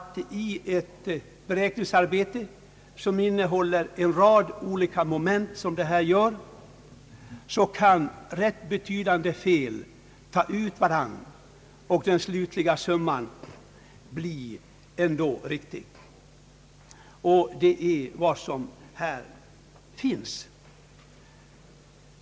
I ett beräkningsarbete som innehåller en rad olika moment, vilket det ju gör här, kan rätt betydande fel ta ut varandra, så att den slutliga summan ändå blir riktig. Det är vad som skett.